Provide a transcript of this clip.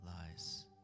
lies